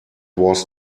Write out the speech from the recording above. was